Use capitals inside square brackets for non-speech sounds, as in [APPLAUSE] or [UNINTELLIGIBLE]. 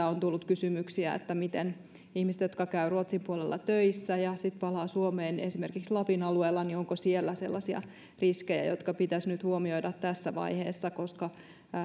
[UNINTELLIGIBLE] on tullut kysymyksiä ihmisiltä jotka käyvät ruotsin puolella töissä ja sitten palaavat suomeen esimerkiksi lapin alueella onko siellä sellaisia riskejä jotka pitäisi nyt huomioida tässä vaiheessa